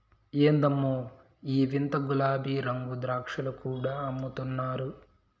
ఎందమ్మో ఈ వింత గులాబీరంగు ద్రాక్షలు కూడా అమ్ముతున్నారు